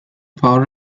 power